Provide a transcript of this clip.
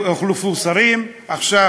הוחלפו שרים, עכשיו